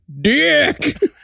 dick